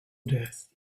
death